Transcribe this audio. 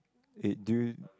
eh do you